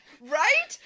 right